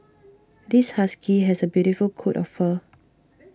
this husky has a beautiful coat of fur